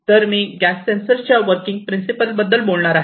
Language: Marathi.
तर मी गॅस सेन्सरच्या वर्किंग प्रिन्सिपल बद्दल बोलणार आहे